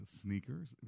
sneakers